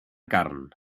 carn